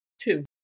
Two